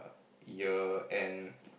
year end